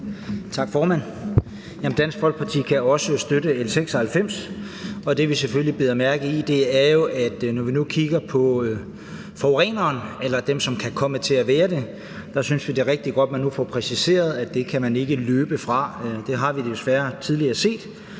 Dansk Folkeparti kan også støtte L 96. Det, vi selvfølgelig bider mærke i, er jo, at vi nu kigger på forureneren eller dem, som kan komme til at være det. Vi synes, det er rigtig godt, at man nu får præciseret, at det kan man ikke løbe fra – det har vi desværre tidligere set